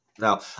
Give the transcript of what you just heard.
Now